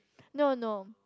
no no